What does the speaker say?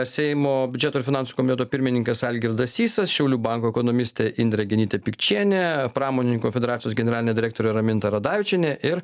seimo biudžeto ir finansų komiteto pirmininkas algirdas sysas šiaulių banko ekonomistė indrė genytė pikčienė pramonininkų konfederacijos generalinė direktorė raminta radavičienė ir